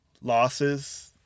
losses